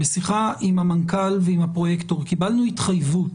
בשיחה עם המנכ"ל ועם הפרויקטור קיבלנו התחייבות